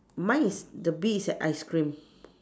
mine is the bee is at ice cream